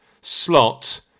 slot